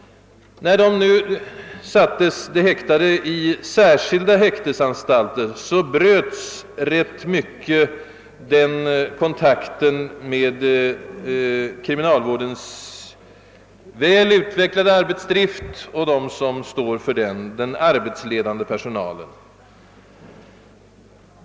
När de häktade sattes i särskilda häktesanstalter bröts i rätt hög grad kontakten med kriminalvårdens väl utvecklade arbetsdrift och de som står för denna, den arbetsledande personalen.